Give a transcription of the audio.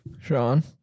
Sean